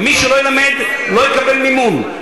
ומי שלא ילמד לא יקבל מימון.